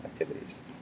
activities